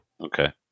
Okay